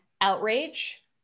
outrage